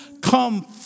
come